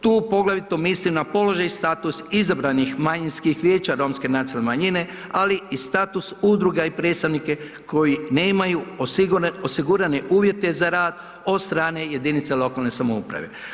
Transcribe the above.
Tu poglavito mislim da položaj i status izabranih manjinskih vijeća romske nacionalne manjine, ali i status udruga i predstavnike koji nemaju osigurane uvjete za rad od strane jedinica lokalne samouprave.